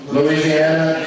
Louisiana